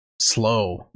slow